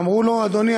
אמרו לו: אדוני,